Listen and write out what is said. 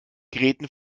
gräten